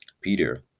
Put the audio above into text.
Peter